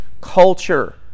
culture